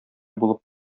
булып